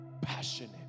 Passionate